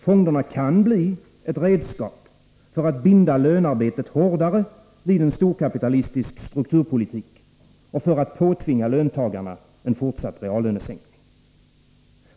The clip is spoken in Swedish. Fonderna kan bli ett redskap för att binda lönarbetet hårdare vid en storkapitalistisk strukturpolitik och för att påtvinga löntagarna en fortsatt reallönesänkning.